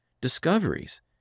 discoveries